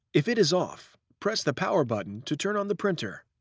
if it is off, press the power button to turn on the printer.